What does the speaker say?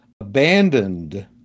abandoned